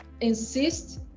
insist